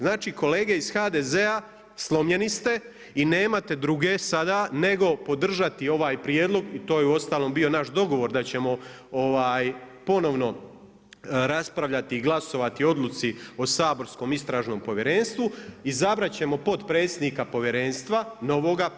Znači kolege iz HDZ-a, slomljeni ste i nemate druge sada nego podržati ovaj prijedlog i to je uostalom bio naš dogovor da ćemo ponovno raspravljati i glasovati o odluci o saborskom Istražnom povjerenstvu, izabrat ćemo potpredsjednika Povjerenstva, novoga.